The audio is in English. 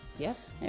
Yes